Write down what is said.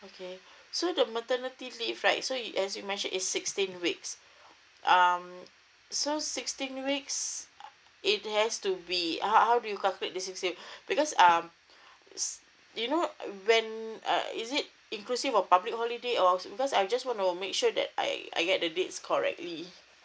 okay so the maternity leave right so it as you mention is sixteen weeks um so sixteen weeks it has to be how how do you calculate the sixteen because um do you know when uh is it inclusive of public holiday or because I just want to make sure that I I get the dates correctly